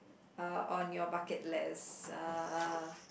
uh on your bucket list uh